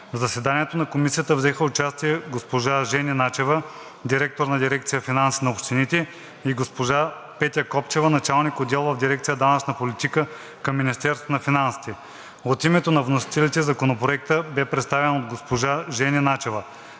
В заседанието на Комисията взеха участие госпожа Жени Начева – директор на дирекция „Финанси на общините“, и госпожа Петя Копчева – началник-отдел в дирекция „Данъчна политика“ към Министерството на финансите. От името на вносителите Законопроекта бе представен от госпожа Жени Начева.